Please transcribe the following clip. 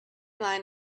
line